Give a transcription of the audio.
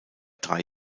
drei